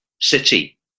city